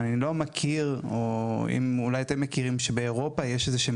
אני לא מכיר אולי אתם מכירים שבאירופה היו איזשהם